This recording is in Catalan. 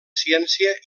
ciència